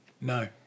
no